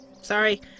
Sorry